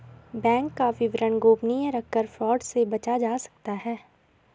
bank का विवरण गोपनीय रखकर फ्रॉड से बचा जा सकता है